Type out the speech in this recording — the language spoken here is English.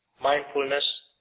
mindfulness